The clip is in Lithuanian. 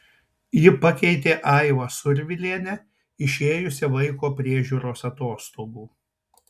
ji pakeitė aivą survilienę išėjusią vaiko priežiūros atostogų